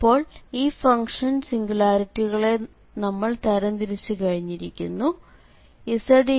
അപ്പോൾ ഈ ഫംഗ്ഷന്റെ സിംഗുലാരിറ്റികളെ നമ്മൾ തരംതിരിച്ചു കഴിഞ്ഞിരിക്കുന്നു